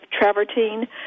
travertine